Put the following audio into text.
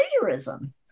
plagiarism